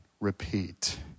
repeat